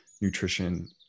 nutrition